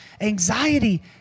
anxiety